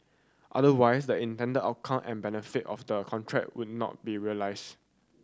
otherwise the intended of outcome and benefit of the contract would not be realised